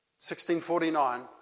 1649